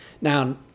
Now